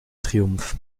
triumph